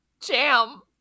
Jam